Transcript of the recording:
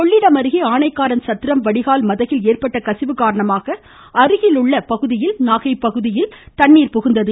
கொள்ளிடம் அருகே ஆனைக்காரன் சத்திரம் வடிகால் மதகில் ஏற்பட்ட கசிவு காரணமாக அருகில் உள்ள பகுதியில் தண்ணீர் புகுந்தது